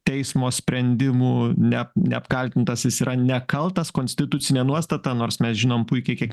teismo sprendimu ne neapkaltintas jis yra nekaltas konstitucine nuostata nors mes žinom puikiai kiek